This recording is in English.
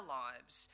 lives